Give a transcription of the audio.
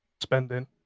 spending